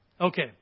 Okay